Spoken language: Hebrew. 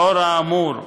לאור האמור,